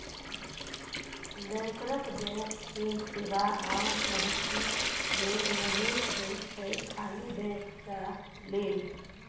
बैंकरक बैंक केर सेबा आम गांहिकी लेल नहि होइ छै खाली बैंक टा लेल